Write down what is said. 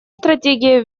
стратегия